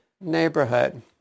neighborhood